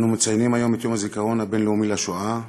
אנו מציינים היום את יום הזיכרון הבין-לאומי לשואה,